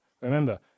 Remember